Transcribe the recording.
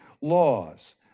laws